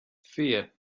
fear